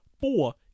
four